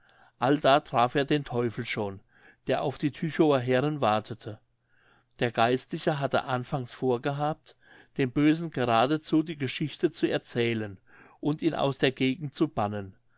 allda traf er den teufel schon der auf die tychower herren wartete der geistliche hatte anfangs vorgehabt dem bösen geradezu die geschichte zu erzählen und ihn aus der gegend zu bannen